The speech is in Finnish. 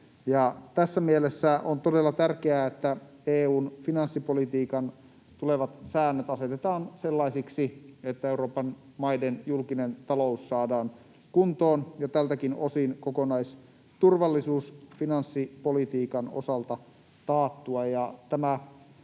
Tässä mielessä on todella tärkeää, että EU:n finanssipolitiikan tulevat säännöt asetetaan sellaisiksi, että Euroopan maiden julkinen talous saadaan kuntoon ja tältäkin osin kokonaisturvallisuus finanssipolitiikan osalta taattua.